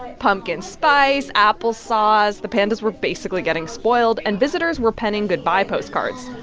pumpkin spice, applesauce the pandas were basically getting spoiled. and visitors were penning goodbye postcards,